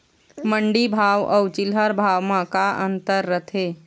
मंडी भाव अउ चिल्हर भाव म का अंतर रथे?